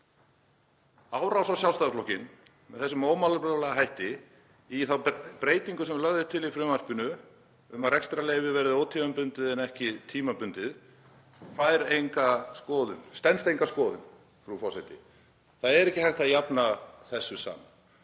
árás á Sjálfstæðisflokkinn með þessum ómálefnalega hætti þá breytingu sem lögð er til í frumvarpinu um að rekstrarleyfi verði ótímabundið en ekki tímabundið stenst enga skoðun. Það stenst enga skoðun, frú forseti. Það er ekki hægt að jafna þessu saman.